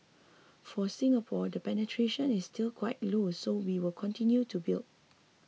for Singapore the penetration is still quite low so we will continue to build